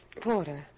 Porter